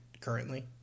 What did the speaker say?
currently